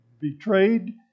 betrayed